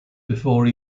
before